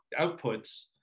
outputs